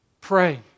pray